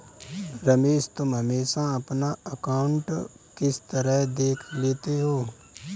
रमेश तुम हमेशा अपना अकांउट किस तरह देख लेते हो?